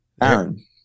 Aaron